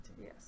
Yes